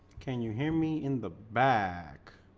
can you hear me in the back